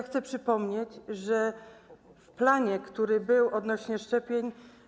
Chcę przypomnieć, że w planie, który był odnośnie do szczepień.